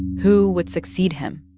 who would succeed him?